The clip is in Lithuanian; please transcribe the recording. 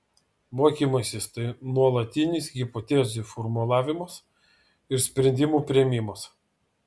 mokymasis tai nuolatinis hipotezių formulavimas ir sprendimų priėmimas